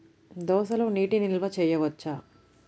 దోసలో నీటి నిల్వ చేయవచ్చా?